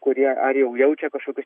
kurie ar jau jaučia kažkokius